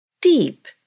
deep